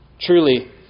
Truly